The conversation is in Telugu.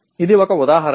ఇది ఒక ఉదాహరణ